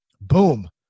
Boom